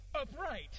upright